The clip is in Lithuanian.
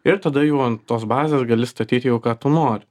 ir tada jau ant tos bazės gali statyt jau ką tu nori